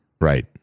Right